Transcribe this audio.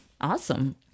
Awesome